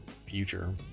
future